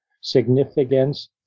significance